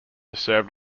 served